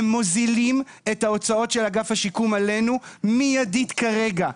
הם מוזילים את ההוצאות של אגף השיקום עלינו מיידית כרגע.